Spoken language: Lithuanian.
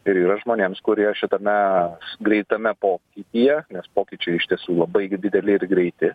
ir yra žmonėms kurie šitame greitame pokytyje nes pokyčiai iš tiesų labai dideli ir greiti